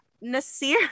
nasir